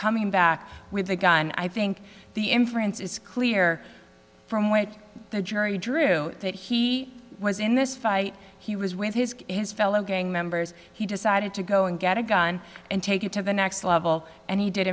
coming back with a gun i think the inference is clear from which the jury drew that he was in this fight he was with his his fellow gang members he decided to go and get a gun and take it to the next level and he did